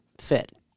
fit